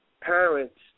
parents